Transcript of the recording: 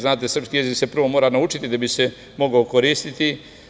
Znate, srpski jezik se prvo mora naučiti da bi se mogao koristiti.